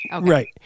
Right